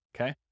okay